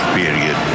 period